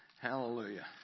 hallelujah